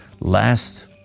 last